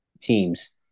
teams